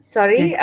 Sorry